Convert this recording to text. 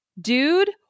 dude